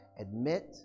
Admit